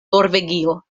norvegio